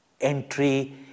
entry